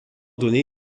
donner